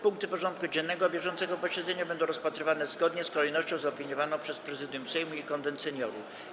Punkty porządku dziennego bieżącego posiedzenia będą rozpatrywane zgodnie z kolejnością zaopiniowaną przez Prezydium Sejmu i Konwent Seniorów.